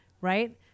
right